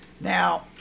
Now